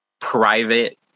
private